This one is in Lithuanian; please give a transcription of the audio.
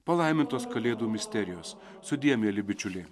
palaimintos kalėdų misterijos sudie mieli bičiuliai